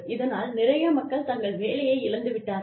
இதனால் நிறைய மக்கள் தங்கள் வேலையை இழந்துவிட்டார்கள்